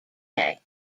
day